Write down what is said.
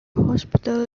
hospital